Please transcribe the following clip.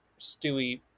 Stewie